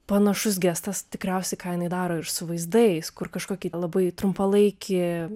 panašus gestas tikriausiai ką jinai daro ir su vaizdais kur kažkokį labai trumpalaikį